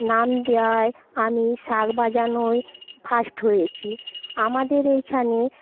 নাম দেওয়ায় আমি শাঁখ বাজানোয় ফাস্ট হয়েছি আমাদের এইখানে